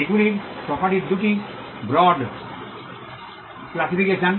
এগুলি প্রপার্টির দুটি ব্রড ক্লাসিফিকেশন